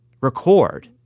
record